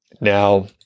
Now